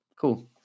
Cool